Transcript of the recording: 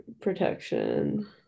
protection